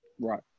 right